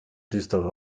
düstere